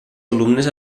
alumnes